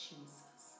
Jesus